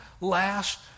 last